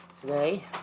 Today